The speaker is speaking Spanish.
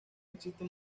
existen